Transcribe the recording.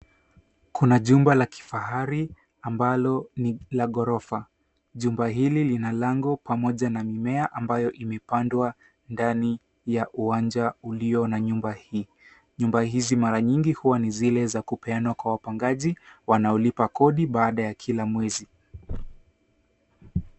Kuna jumba la kifahari ambalo ni la ghorofa. Jumba hili lina lango pamoja na mimea ambayo imepandwa ndani ya uwanja ulio na nyumba hii. Nyumba hizi mara nyingi huwa ni zile za kupeanwa kwa wapangaji wanaolipa kodi baada ya kila mwezi.